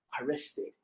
arrested